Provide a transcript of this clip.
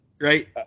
Right